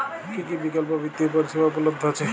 কী কী বিকল্প বিত্তীয় পরিষেবা উপলব্ধ আছে?